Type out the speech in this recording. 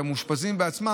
את המאושפזים בעצמם,